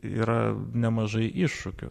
yra nemažai iššūkių